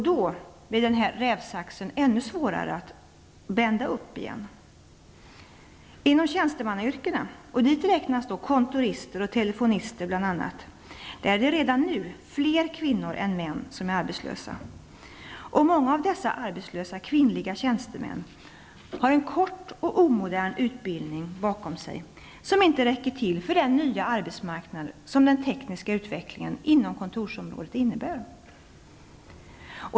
Då blir den här rävsaxen ännu svårare att bända upp igen. Inom tjänstemannayrkena -- och dit räknas bl.a. kontorister och telefonister -- är redan nu fler kvinnor än män arbetslösa. Många av dessa arbetslösa kvinnliga tjänstemän har en kort och omodern utbildning bakom sig som inte räcker till för den nya arbetsmarknad som den tekniska utvecklingen inom kontorsområdet innebär.